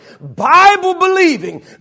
Bible-believing